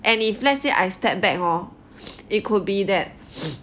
and if let's say I stepped back hor it could be that